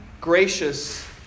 gracious